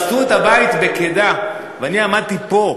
כשהרסו את הבית בקידה, ואני עמדתי פה,